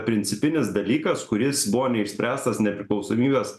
principinis dalykas kuris buvo neišspręstas nepriklausomybės